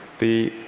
the